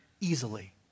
Easily